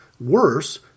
Worse